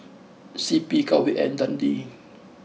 C P Cowhead and Dundee